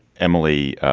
emily